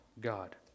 God